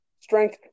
Strength